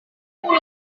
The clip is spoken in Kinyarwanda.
iminsi